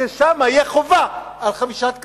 ששם תהיה חובה על חבישת קסדה.